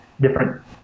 different